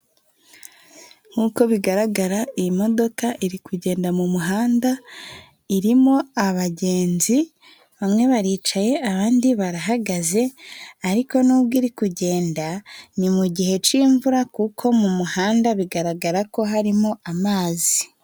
Nk'uko bigaragara iyi modoka iri kugenda mu muhanda, irimo abagenzi bamwe baricaye abandi barahagaze, ariko n'ubwo iri kugenda ni mu gihe c'imvura kuko mu muhanda bigaragara ko harimo amazi.